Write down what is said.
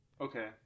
okay